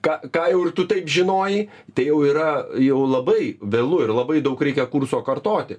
ką ką jau ir tu taip žinojai tai jau yra jau labai vėlu ir labai daug reikia kurso kartoti